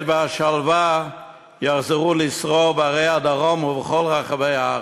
והשלווה יחזרו לשרור בערי הדרום ובכל רחבי הארץ.